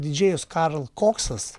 didžėjus karl koksas